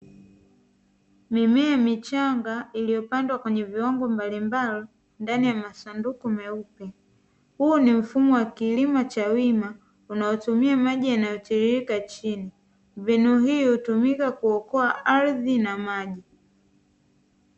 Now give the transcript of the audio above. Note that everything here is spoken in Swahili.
mimea michanga iliyopandwa kwenye viombo mbalimbali ndani ya masanduku meupe. Huu ni mfumo wa kilimo cha wima unaotumia maji yanayotiririka chini mbinu hii utumika kuokoa ardhi na maji.